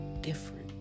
different